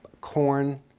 corn